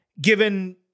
given